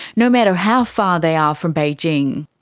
no matter how far they are from beijing.